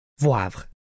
Voivre